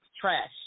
Trash